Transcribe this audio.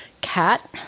cat